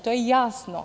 To je jasno.